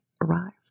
arrived